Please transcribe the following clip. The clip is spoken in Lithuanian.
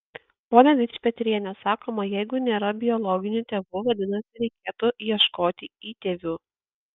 pone dičpetriene sakoma jeigu nėra biologinių tėvų vadinasi reikėtų ieškoti įtėvių